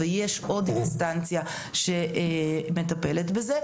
ויש עוד --- שמטפלת בזה.